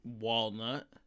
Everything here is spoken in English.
Walnut